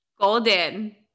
golden